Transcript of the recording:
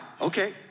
Okay